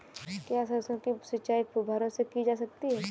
क्या सरसों की सिंचाई फुब्बारों से की जा सकती है?